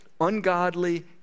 ungodly